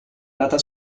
data